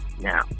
now